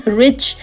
rich